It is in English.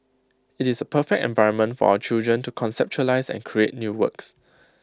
IT is A perfect environment for our children to conceptualise and create new works